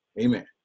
Amen